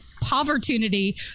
poverty